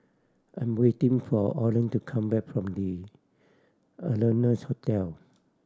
I'm waiting for Orland to come back from The Ardennes Hotel